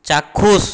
চাক্ষুষ